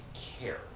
care